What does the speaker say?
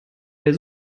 der